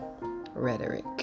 rhetoric